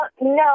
no